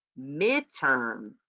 midterm